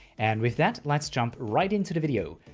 and with that, let's jump right into the video!